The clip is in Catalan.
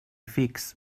fix